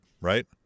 right